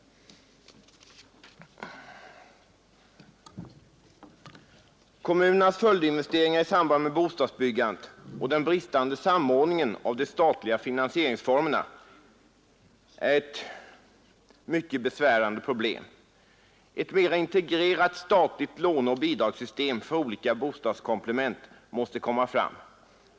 Kommunernas följdinvesteringar i samband med bostadsbyggandet och den bristande samordningen av de statliga finansieringsformerna är ett mycket besvärande problem. Ett mera integrerat statligt låneoch bidragssystem för olika bostadskomplement måste komma fram.